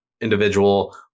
individual